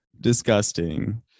disgusting